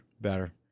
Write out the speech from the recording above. Better